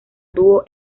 dúo